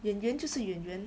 演员就是演员